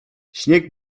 śnieg